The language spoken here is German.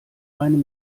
meinem